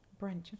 Brunch